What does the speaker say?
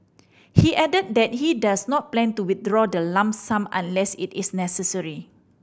he added that he does not plan to withdraw the lump sum unless it is necessary